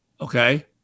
Okay